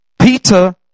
Peter